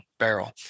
barrel